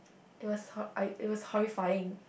it was I it was horrifying